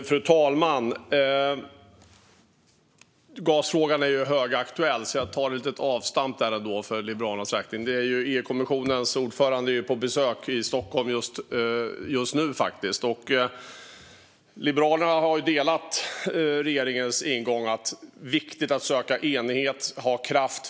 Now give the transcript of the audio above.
Fru talman! Gasfrågan är ju högaktuell, så jag tar ett litet avstamp där för Liberalernas räkning. EU-kommissionens ordförande är faktiskt på besök i Stockholm just nu. Liberalerna har delat regeringens ingång att det är viktigt att söka enighet och kraft.